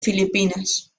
filipinas